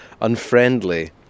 unfriendly